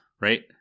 Right